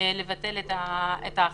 לבטל את ההכרזה,